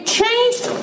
changed